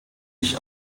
ich